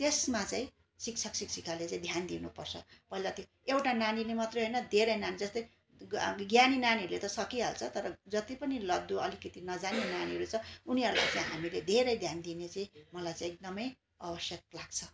यसमा चाहिँ शिक्षक शिक्षिकाले चाहिँ ध्यान दिनुपर्छ पहिला त्यो एउटा नानीले मात्रै होइन धेरै नानी जस्तै ग अब ज्ञानी नानीहरू त सकि हाल्छ तर जति पनि लद्दु अलिकति नजान्ने नानीहरू छ उनीहरूलाई चाहिँ हामीले धेरै ध्यान दिने चाहिँ मलाई चाहिँ एकदमै आवश्यक लाग्छ